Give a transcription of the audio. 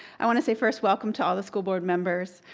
i want to say first, welcome to all the school board members.